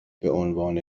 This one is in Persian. بعنوان